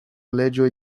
leĝoj